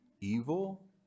evil